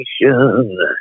nation